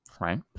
right